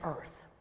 earth